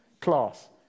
class